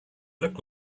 look